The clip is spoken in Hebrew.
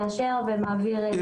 מאשר ומעביר לפרסום באתר.